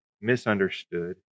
misunderstood